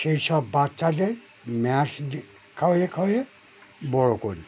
সেই সব বাচ্চাদের ম্যাশ খাইয়ে খাইয়ে বড়ো করি